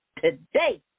today